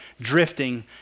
drifting